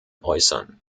äußern